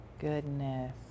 Goodness